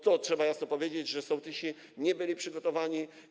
Trzeba jasno powiedzieć, że sołtysi nie byli przygotowani.